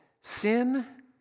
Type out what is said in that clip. sin